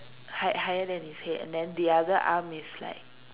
high higher than his head and then the other arm is like